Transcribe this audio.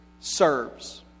serves